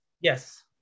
yes